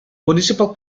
municipal